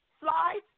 slides